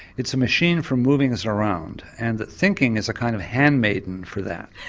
it's a machine for moving us around and that thinking is a kind of handmaiden for that.